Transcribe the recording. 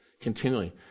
continually